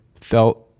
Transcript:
felt